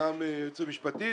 גם היועצת המשפטית